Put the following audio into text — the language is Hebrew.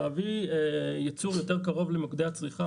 להביא ייצור יותר קרוב למוקדי הצריכה,